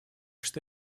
что